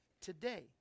today